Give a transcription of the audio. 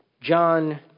John